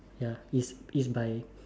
ya it's it's by